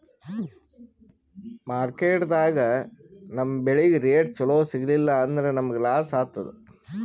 ಮಾರ್ಕೆಟ್ದಾಗ್ ನಮ್ ಬೆಳಿಗ್ ರೇಟ್ ಚೊಲೋ ಸಿಗಲಿಲ್ಲ ಅಂದ್ರ ನಮಗ ಲಾಸ್ ಆತದ್